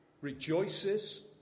rejoices